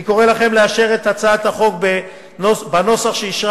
אני קורא לכם לאשר את הצעת החוק בנוסח שאישרה